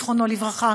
זיכרונו לברכה,